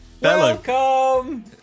Welcome